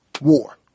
War